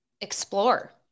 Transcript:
explore